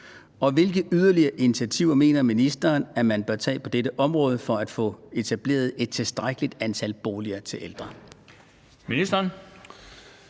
og hvilke yderligere initiativer mener ministeren at man bør tage på dette område for at få etableret et tilstrækkeligt antal boliger til ældre?